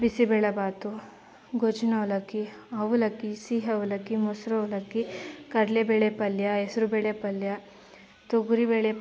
ಬಿಸಿಬೇಳೆಬಾತು ಗೊಜ್ಜಿನವಲಕ್ಕಿ ಅವಲಕ್ಕಿ ಸಿಹಿ ಅವಲಕ್ಕಿ ಮೊಸರು ಅವಲಕ್ಕಿ ಕಡಲೆ ಬೇಳೆ ಪಲ್ಯ ಹೆಸ್ರು ಬೇಳೆ ಪಲ್ಯ ತೊಗರಿಬೇಳೆ